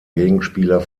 gegenspieler